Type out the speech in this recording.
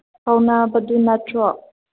ꯀꯧꯅꯕꯗꯨ ꯅꯠꯇ꯭ꯔꯣ